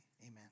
Amen